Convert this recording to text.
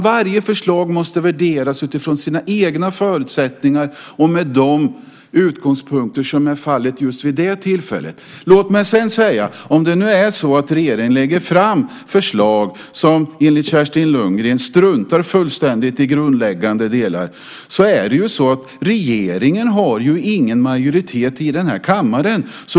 Varje förslag måste värderas utifrån sina egna förutsättningar och med de utgångspunkter som är för handen vid just det tillfället. Om nu regeringen lägger fram förslag där man, enligt Kerstin Lundgren, struntar i grundläggande frågor, bör man vara klar över att regeringen inte har majoritet här i kammaren.